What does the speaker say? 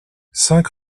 cinq